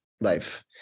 life